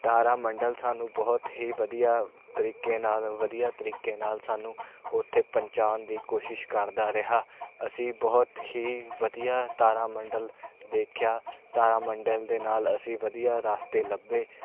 ਤਾਰਾ ਮੰਡਲ ਸਾਨੂੰ ਬਹੁਤ ਹੀ ਵਧੀਆ ਤਰੀਕੇ ਨਾਲ ਵਧੀਆ ਤਰੀਕੇ ਨਾਲ ਸਾਨੂੰ ਉੱਥੇ ਪਹੁੰਚਾਉਣ ਦੀ ਕੋਸ਼ਿਸ਼ ਕਰਦਾ ਰਿਹਾ ਅਸੀਂ ਬਹੁਤ ਹੀ ਵਧੀਆ ਤਾਰਾ ਮੰਡਲ ਦੇਖਿਆ ਤਾਰਾ ਮੰਡਲ ਦੇ ਨਾਲ ਅਸੀਂ ਵਧੀਆ ਰਸਤੇ ਲੱਭੇ